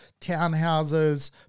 townhouses